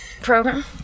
program